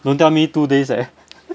don't tell me two days eh